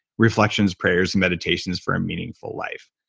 reflections, prayers, and meditations for a meaningful life.